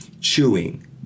chewing